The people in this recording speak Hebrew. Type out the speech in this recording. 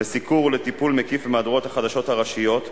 לסיקור ולטיפול מקיף במהדורות החדשות הראשיות,